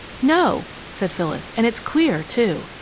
no, said phyllis, and it's queer, too.